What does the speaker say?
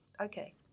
okay